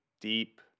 deep